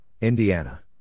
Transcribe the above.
Indiana